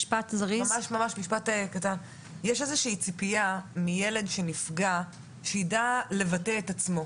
יש איזושהי ציפייה מילד שנפגע שיידע לבטא את עצמו.